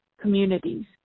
communities